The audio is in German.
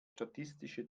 statistische